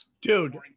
dude